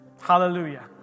Hallelujah